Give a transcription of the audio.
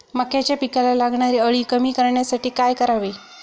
मक्याच्या पिकाला लागणारी अळी कमी करण्यासाठी काय करावे?